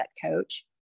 coach